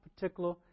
particular